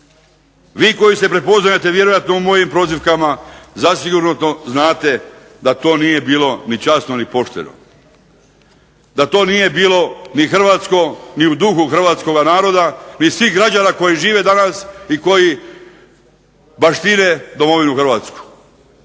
Vi koji se prepoznajete vjerojatno u mojim prozivkama zasigurno to znate da to nije bilo ni časno ni pošteno, da to nije bilo ni hrvatsko ni u duhu hrvatskoga naroda ni svih građana koji žive danas i koji baštine domovinu Hrvatsku.